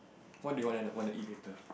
what do you wanna wanna eat later